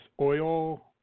oil